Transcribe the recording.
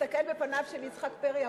להסתכל בפניו של יצחק פרי,